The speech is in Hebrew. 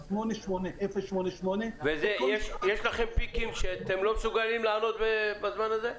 9688088 -- ויש לכם "פיקים" שאתם לא מסוגלים לענות בזמן הזה?